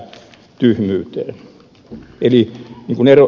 eli niin kuin ed